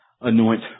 anoint